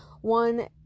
one